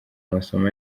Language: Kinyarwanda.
amasomo